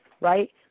Right